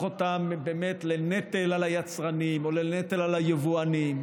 אותם לנטל על היצרנים או לנטל על היבואנים,